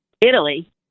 italy